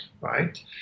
right